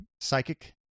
psychic